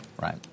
Right